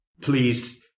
pleased